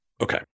Okay